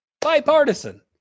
bipartisan